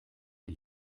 die